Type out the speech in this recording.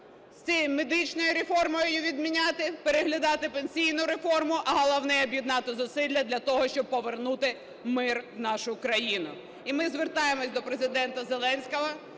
з цією медичною реформою – її відміняти, переглядати пенсійну реформу, а головне, об'єднати зусилля для того, щоб повернути мир у нашу країну. І ми звертаємося до Президента Зеленського.